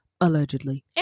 allegedly